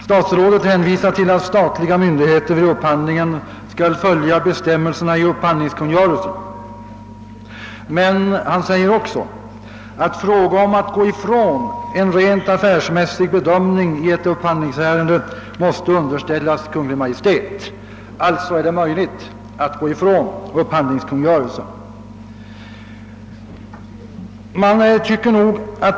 Statsrådet hänvisar till att statliga myndigheter vid upphandlingen skall följa bestämmelserna i upphandlingskungörelsen men säger också att fråga om att gå ifrån en rent affärsmässig bedömning i ett upphandlingsärende måste underställas Kungl. Maj:t. — Alltså är det möjligt att gå ifrån upphandlingskungörelsen.